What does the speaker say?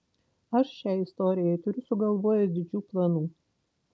aš šiai istorijai turiu sugalvojęs didžių planų